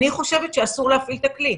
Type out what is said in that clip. אני חושבת שאי אפשר להפעיל את הכלי.